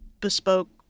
bespoke